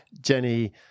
jenny